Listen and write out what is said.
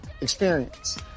experience